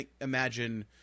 imagine